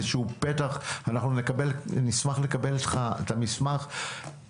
אנחנו נשמח לקבל ממך את המסמך של סדר העדיפויות.